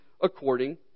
according